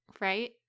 Right